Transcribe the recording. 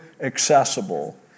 accessible